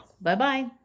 Bye-bye